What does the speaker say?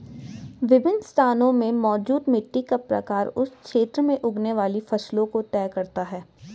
विभिन्न स्थानों में मौजूद मिट्टी का प्रकार उस क्षेत्र में उगने वाली फसलों को तय करता है